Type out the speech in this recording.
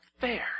fair